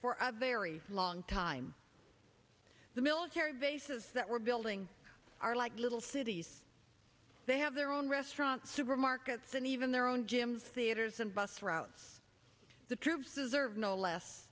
for a very long time the military bases that we're building are like little cities they have their own restaurants supermarkets and even their own gyms theaters and bus routes the troops is served no less